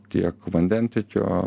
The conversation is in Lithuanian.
tiek vandentiekio